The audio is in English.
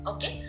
Okay